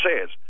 says